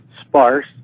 sparse